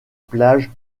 plage